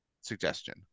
suggestion